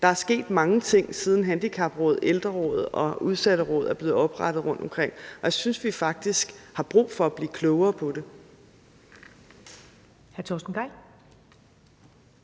der er sket mange ting, siden handicapråd, ældreråd og udsatteråd er blevet oprettet rundtomkring, og jeg synes faktisk, at vi har brug for at blive klogere på det.